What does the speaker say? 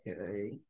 okay